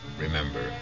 Remember